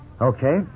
Okay